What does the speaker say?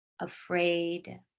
afraid